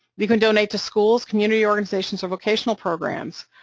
you can donate to schools, community organizations, or vocational programs,